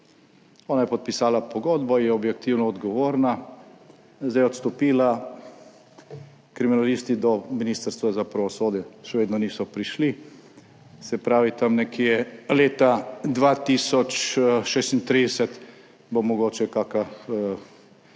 Ona je podpisala pogodbo, je objektivno odgovorna zdaj odstopila, kriminalisti do Ministrstva za pravosodje še vedno niso prišli, se pravi, tam nekje leta 2036 bo mogoče kaka,